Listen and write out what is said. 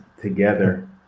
together